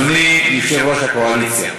אדוני יושב-ראש הקואליציה.